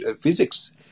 physics